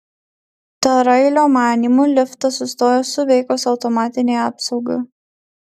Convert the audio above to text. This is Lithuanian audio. tarailio manymu liftas sustojo suveikus automatinei apsaugai